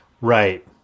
Right